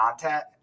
content